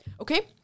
okay